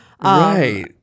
Right